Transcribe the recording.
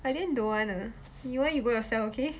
I then don't want ah you want you go yourself okay